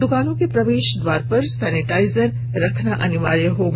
दुकानों के प्रवेश द्वार पर सेनिटाइजर रखना भी अनिवार्य होगा